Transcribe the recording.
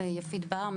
יפית בר,